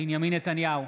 בנימין נתניהו,